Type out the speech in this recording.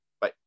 Bye